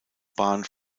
bahn